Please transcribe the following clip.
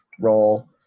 role